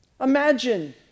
Imagine